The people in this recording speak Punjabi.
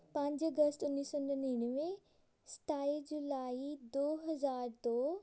ਪੰਜ ਅਗਸਤ ਉੱਨੀ ਸੌ ਨੜੀਨਵੇਂ ਸਤਾਈ ਜੁਲਾਈ ਦੋ ਹਜ਼ਾਰ ਦੋ